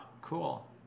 cool